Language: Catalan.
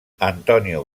antonio